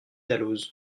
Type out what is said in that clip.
dalloz